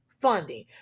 funding